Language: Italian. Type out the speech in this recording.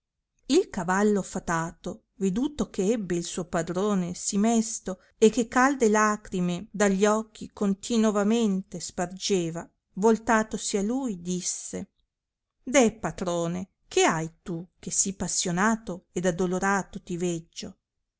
il cavallo fatato veduto che ebbe il suo padrone sì mesto e che calde lacrime da gli occhi continovamente spargeva voltatosi a lui disse deh patrone che hai tu che sì passionato ed addolorato ti veggio